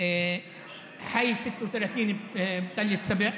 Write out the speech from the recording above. שלושה שבועות,